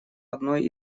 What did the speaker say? одной